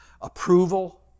Approval